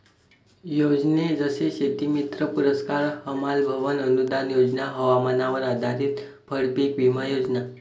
योजने जसे शेतीमित्र पुरस्कार, हमाल भवन अनूदान योजना, हवामानावर आधारित फळपीक विमा योजना